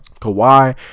Kawhi